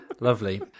Lovely